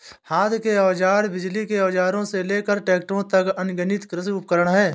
हाथ के औजारों, बिजली के औजारों से लेकर ट्रैक्टरों तक, अनगिनत कृषि उपकरण हैं